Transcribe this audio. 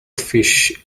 fish